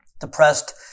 depressed